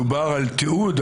מדובר על תיעוד.